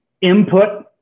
input